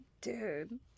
Dude